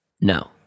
No